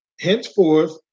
henceforth